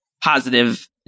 positive